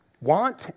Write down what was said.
Want